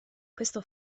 questo